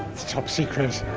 it's top secret.